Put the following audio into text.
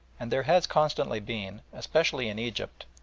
and there has constantly been, especially in egypt,